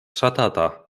ŝatata